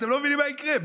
אתם לא מבינים מה יקרה,